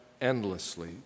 endlessly